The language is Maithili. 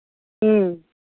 ह्म्म